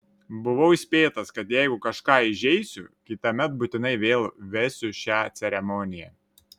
buvau įspėtas kad jeigu kažką įžeisiu kitąmet būtinai vėl vesiu šią ceremoniją